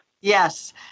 Yes